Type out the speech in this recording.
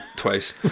twice